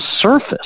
surface